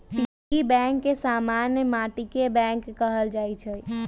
piggy bank के समान्य माटिके बैंक कहल जाइ छइ